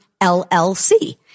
LLC